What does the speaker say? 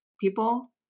people